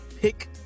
pick